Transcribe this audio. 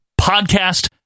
Podcast